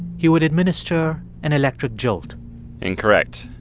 he would administer an electric jolt incorrect.